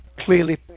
clearly